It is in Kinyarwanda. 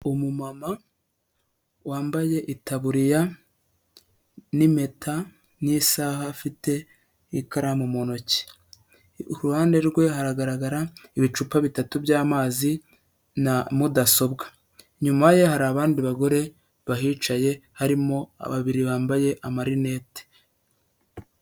Umumama wambaye itaburiya n'impeta n'isaha afite ikaramu mu ntoki. Iruhande rwe haragaragara ibicupa bitatu by'amazi na mudasobwa. Inyuma ye hari abandi bagore bahicaye harimo babiri bambaye amarinete.